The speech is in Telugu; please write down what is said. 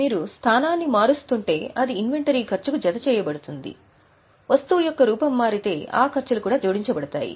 మీరు స్థానాన్ని మారుస్తుంటే అది జాబితా ఖర్చుకు జతచేయబడుతుంది వస్తువు యొక్క రూపం మారితే ఆ ఖర్చులు కూడా జోడించబడతాయి